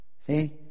See